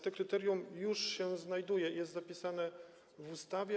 To kryterium już się znajduje, jest zapisane w ustawie.